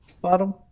bottom